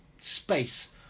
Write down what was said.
space